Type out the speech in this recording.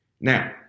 Now